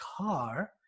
car